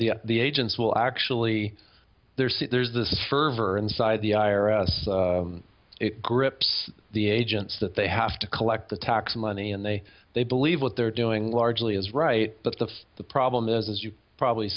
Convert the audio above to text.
so the agents will actually see there's this fervor inside the i r s it grips the agents that they have to collect the tax money and they they believe what they're doing largely is right but the the problem is as you've probably